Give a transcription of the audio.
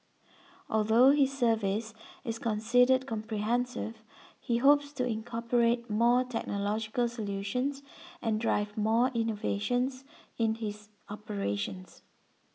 although his service is considered comprehensive he hopes to incorporate more technological solutions and drive more innovations in his operations